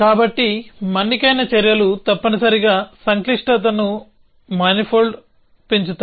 కాబట్టి మన్నికైన చర్యలు తప్పనిసరిగా సంక్లిష్టతను మానిఫోల్డ్ని పెంచుతాయి